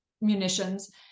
munitions